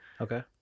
Okay